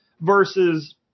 versus